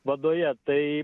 vadoje tai